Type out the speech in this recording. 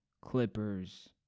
Clippers